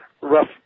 rough